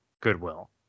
Goodwill